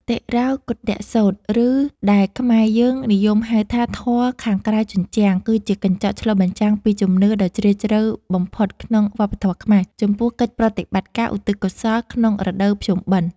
តិរោកុឌ្ឍសូត្រ ឬដែលខ្មែរយើងនិយមហៅថា ធម៌ខាងក្រៅជញ្ជាំង គឺជាកញ្ចក់ឆ្លុះបញ្ចាំងពីជំនឿដ៏ជ្រាលជ្រៅបំផុតក្នុងវប្បធម៌ខ្មែរ ចំពោះកិច្ចប្រតិបត្តិការឧទ្ទិសកុសលក្នុងរដូវភ្ជុំបិណ្ឌ។